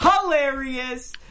hilarious